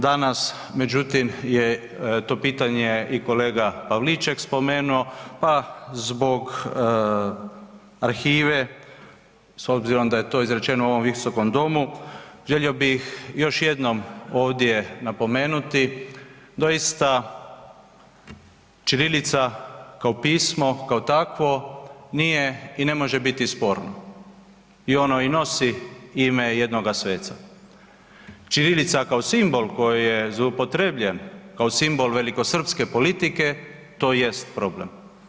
Danas međutim je to pitanje i kolega Pavliček spomenuo pa zbog arhive, s obzirom da je to izrečeno u ovom visokom domu, želio bih još jednom ovdje napomenuti, doista ćirilica kao pismo kao takvo nije i ne može biti sporno i ono i nosi ime jednoga sveca, ćirilica kao simbol koji je zloupotrebljen kao simbol velikosrpske politike, to jest problem.